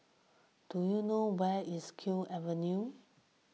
do you know where is Kew Avenue